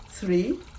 Three